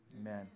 Amen